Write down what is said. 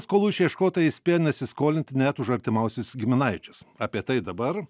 skolų išieškotojai įspėja nesiskolinti net už artimiausius giminaičius apie tai dabar